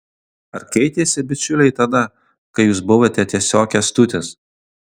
ar keitėsi bičiuliai tada kai jūs buvote tiesiog kęstutis